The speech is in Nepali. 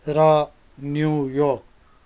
र न्युयोर्क